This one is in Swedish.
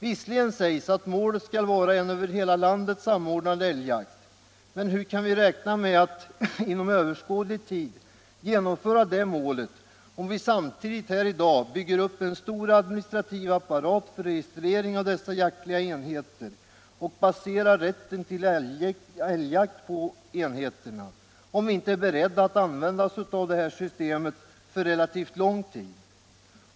Visserligen sägs att målet skall vara en över hela landet samordnad älgjakt, men hur kan vi räkna med att någonsin uppnå detta mål om vi samtidigt här i dag bygger upp en stor administrativ apparat för registrering av dessa jaktliga enheter och baserar rätten till älgjakt på enheterna, ifall vi inte är beredda att använda oss av det här systemet under relativt lång tid?